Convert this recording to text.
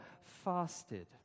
fasted